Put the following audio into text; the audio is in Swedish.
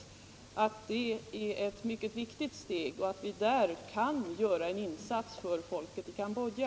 Det är ett mycket viktigt steg att vi där kan göra en insats för folket i Cambodja.